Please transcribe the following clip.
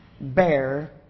bear